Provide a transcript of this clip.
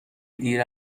دیر